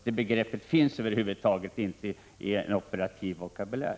Det begreppet finns över huvud taget inte i hans vokabulär.